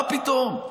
מה פתאום.